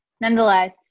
nonetheless